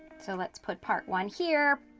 so let's put part one here.